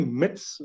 myths